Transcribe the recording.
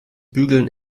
bügeln